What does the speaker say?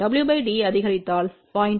W d அதிகரித்தால் 0